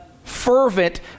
Fervent